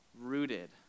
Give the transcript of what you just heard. rooted